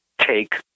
take